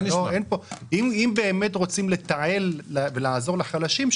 אם באמת רוצים לתעל ולעזור לחלשים,